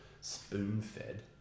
spoon-fed